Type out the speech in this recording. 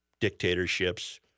dictatorships